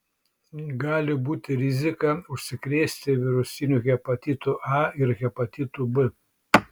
gali būti rizika užsikrėsti virusiniu hepatitu a ir hepatitu b